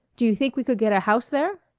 do you think we could get a house there?